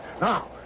Now